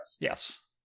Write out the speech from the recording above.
Yes